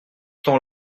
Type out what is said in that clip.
temps